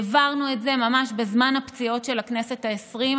העברנו את זה ממש בזמן הפציעות של הכנסת העשרים,